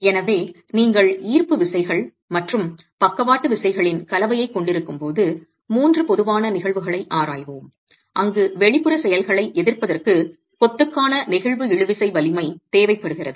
எனவே நீங்கள் ஈர்ப்பு விசைகள் மற்றும் பக்கவாட்டு விசைகளின் கலவையைக் கொண்டிருக்கும் போது 3 பொதுவான நிகழ்வுகளை ஆராய்வோம் அங்கு வெளிப்புற செயல்களை எதிர்ப்பதற்கு கொத்துக்கான நெகிழ்வு இழுவிசை வலிமை தேவைப்படுகிறது